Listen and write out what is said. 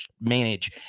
manage